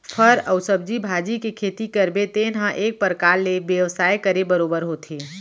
फर अउ सब्जी भाजी के खेती करबे तेन ह एक परकार ले बेवसाय करे बरोबर होथे